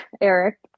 Eric